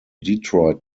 detroit